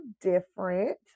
different